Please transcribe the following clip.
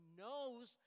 knows